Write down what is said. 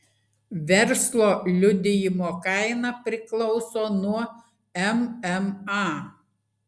verslo liudijimo kaina priklauso nuo mma